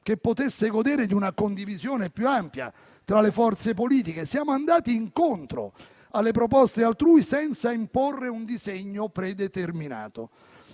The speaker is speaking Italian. che potesse godere di una condivisione più ampia tra le forze politiche. Siamo andati incontro alle proposte altrui senza imporre un disegno predeterminato.